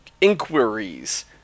inquiries